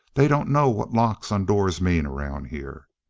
they don't know what locks on doors mean around here.